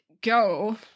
go